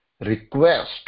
request